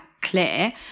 clear